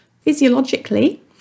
physiologically